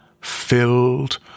filled